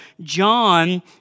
John